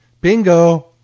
Bingo